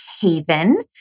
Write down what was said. Haven